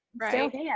right